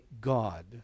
God